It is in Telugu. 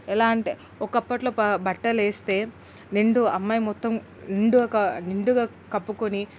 ఎలా అంటే ఒకప్పటిలో బట్టలు వేస్తే నిండు అమ్మాయి మొత్తం నిండుగా నిండుగా కప్పుకొని